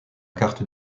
carte